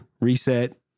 Reset